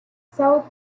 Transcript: south